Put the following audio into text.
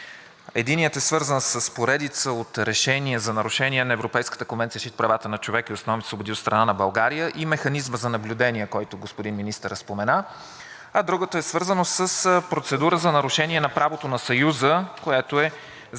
едното е свързано с поредица от решения за нарушения на Европейската конвенция за защита на правата на човека и основните свободи от страна на България и механизма за наблюдение, който господин министърът спомена, а другото е свързано с процедура за нарушение правото на Съюза, която е започната